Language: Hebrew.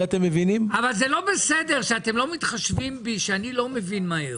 זה לא בסדר שאתם לא מתחשבים בי שאני לא מבין מהר.